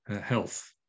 health